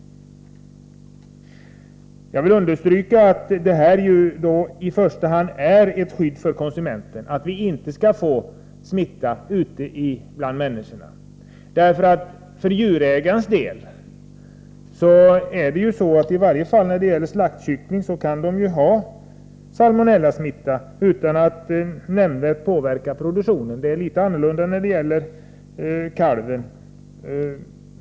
Jag vill understryka att det i första hand är fråga om ett skydd mot konsumenterna så att vi inte skall få smitta ute bland människorna. I varje fall slaktkycklingar kan vara salmonellasmittade utan att det nämnvärt påverkar produktionen. Det är litet annorlunda när det gäller kalvar.